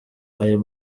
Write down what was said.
ayo